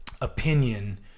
opinion